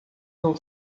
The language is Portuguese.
não